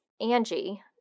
Angie